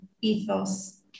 ethos